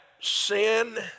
sin